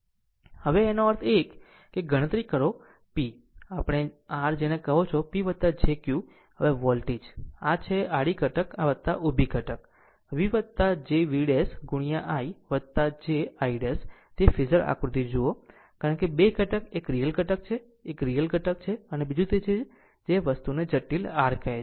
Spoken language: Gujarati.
હવે તેનો અર્થ એ કે ગણતરી કરો P આપણે r જેને કહો P jQ હવે વોલ્ટેજ આ છે આડો ઘટક ઉભી ઘટક V jV ' i j I ' તે ફેઝર આકૃતિ જુઓ કારણ કે 2 ઘટક એક રીયલ ઘટક છે એક રીયલ ઘટક છે અને બીજું તે છે જેને આ વસ્તુને જટિલ r કહે છે